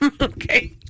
okay